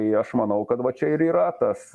tai aš manau kad va čia ir yra tas